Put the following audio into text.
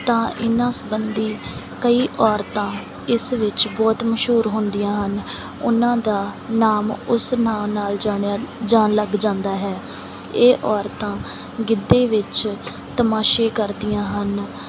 ਤਾਂ ਇਹਨਾਂ ਸੰਬੰਧੀ ਕਈ ਔਰਤਾਂ ਇਸ ਵਿੱਚ ਬਹੁਤ ਮਸ਼ਹੂਰ ਹੁੰਦੀਆਂ ਹਨ ਉਹਨਾਂ ਦਾ ਨਾਮ ਉਸ ਨਾਂ ਨਾਲ ਜਾਣਿਆ ਜਾਣ ਲੱਗ ਜਾਂਦਾ ਹੈ ਇਹ ਔਰਤਾਂ ਗਿੱਧੇ ਵਿੱਚ ਤਮਾਸ਼ੇ ਕਰਦੀਆਂ ਹਨ